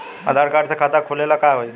आधार card से खाता खुले ला का?